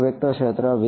આખું વેક્ટર ક્ષેત્ર